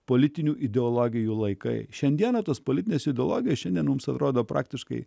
politinių ideologijų laikai šiandieną tos politinės ideologijos šiandien mums atrodo praktiškai